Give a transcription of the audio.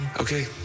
Okay